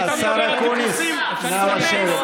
אתה מדבר על טיפוסים, השר אקוניס, נא לשבת.